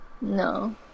No